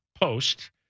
post